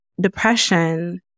depression